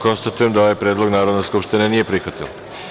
Konstatujem da ovaj predlog Narodna skupština nije prihvatila.